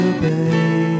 baby